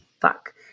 Fuck